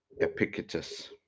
Epictetus